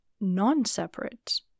non-separate